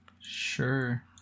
Sure